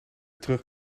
terug